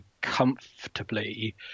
comfortably